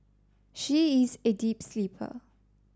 she is a deep sleeper